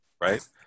right